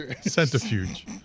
Centrifuge